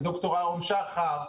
לד"ר אהרון שחר,